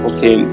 Okay